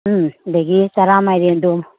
ꯎꯝ ꯑꯗꯒꯤ ꯆꯔꯥ ꯃꯥꯏꯔꯦꯟꯗꯨ